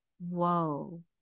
Whoa